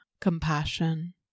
compassion